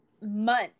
months